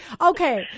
Okay